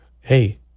Hey